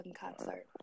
concert